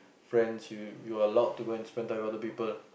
friends you you are allowed to go and spend time with other people